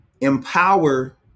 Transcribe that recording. empower